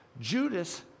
judas